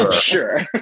Sure